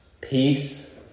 peace